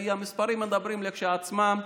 כי המספרים מדברים בעד עצמם.